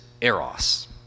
eros